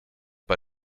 bei